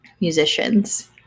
musicians